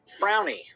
frowny